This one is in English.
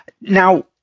now